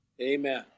Amen